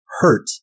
hurt